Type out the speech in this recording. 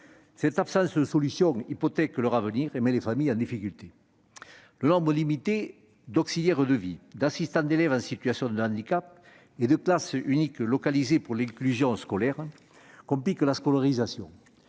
Cette absence de solution hypothèque leur avenir et met les familles en difficulté. Le nombre limité d'auxiliaires de vie scolaire, d'assistants d'élèves en situation de handicap et d'unités localisées pour l'inclusion scolaire complique la scolarisation.